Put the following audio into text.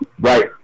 right